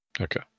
Okay